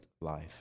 life